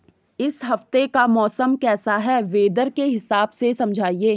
इस हफ्ते का मौसम कैसा है वेदर के हिसाब से समझाइए?